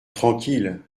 tranquille